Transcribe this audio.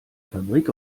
fabrik